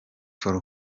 for